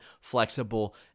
flexible